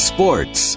Sports